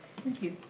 thank you.